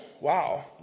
wow